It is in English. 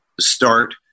start